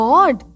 God